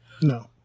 No